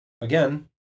again